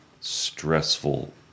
stressful